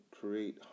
create